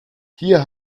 hier